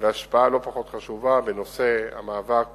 והשפעה לא פחות חשובה בנושא המאבק